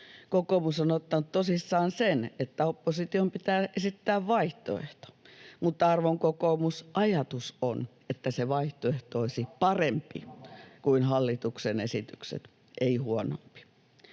Kokoomus on ottanut tosissaan sen, että opposition pitää esittää vaihtoehto, mutta ajatus on, arvon kokoomus, että se vaihtoehto olisi parempi kuin hallituksen esitykset, ei huonompi.